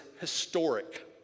historic